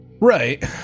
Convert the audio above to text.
Right